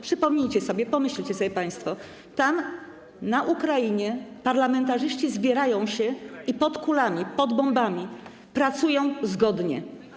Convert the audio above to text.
Przypomnijcie sobie, pomyślcie państwo: tam, na Ukrainie, parlamentarzyści zbierają się i pod kulami, pod bombami pracują zgodnie.